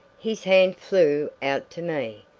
his hand flew out to me.